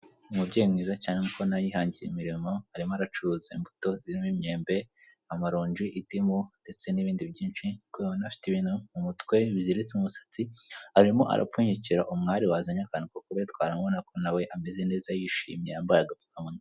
Umubyeyi mwiza cyane ubona ko yihangiye umurimo arimo aracuruza imbuto zirimo imyembe, amaronji, indimu ndetse n'ibindi byinshi uko ubibona afite ibintu mu mutwe biziritse umusatsi arimo arapfunyikira umwari wazanye akantu ko kubitwaramo ubonako nawe ameze neza yishimye yambaye agapfukamunwa.